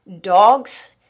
dogs